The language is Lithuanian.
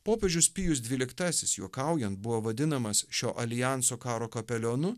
popiežius pijus dvyliktasis juokaujant buvo vadinamas šio aljanso karo kapelionu